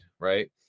right